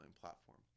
platform